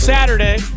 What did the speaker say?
Saturday